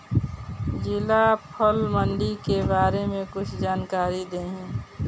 जिला फल मंडी के बारे में कुछ जानकारी देहीं?